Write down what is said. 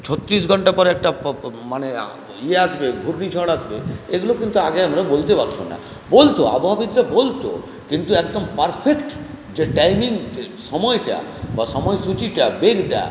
ছত্তিশ ঘন্টা পরে একটা মানে ইয়ে আসবে ঘূর্ণিঝড় আসবে এগুলো কিন্তু আগে আমরা বলতে পারতাম না বলতো আবহাওয়াবিদরা বলতো কিন্তু একদম পারফেক্ট যে টাইমিং যে সময়টা বা সময়সূচিটা বেগটা